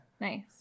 Nice